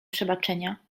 przebaczenia